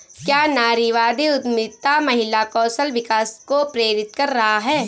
क्या नारीवादी उद्यमिता महिला कौशल विकास को प्रेरित कर रहा है?